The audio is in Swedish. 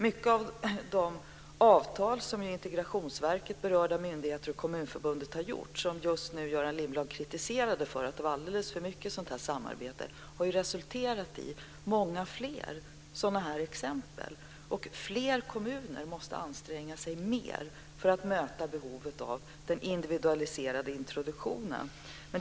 Sådana avtal som Integrationsverket, berörda myndigheter och Kommunförbundet har träffat och som Göran Lindblad nyss kritiserade därför att det var alldeles för mycket av sammanträdande har ju resulterat i många fler sådana här exempel. Fler kommuner måste anstränga sig mer för att möta behovet av den individualiserade introduktionen.